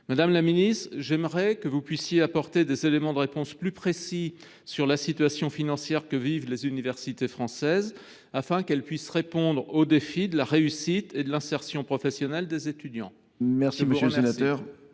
Madame la ministre, j’aimerais que vous puissiez apporter des éléments de réponse plus précis à la situation financière que vivent les universités françaises, afin qu’elles puissent relever le défi de la réussite et de l’insertion professionnelle des étudiants. La parole est